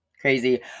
Crazy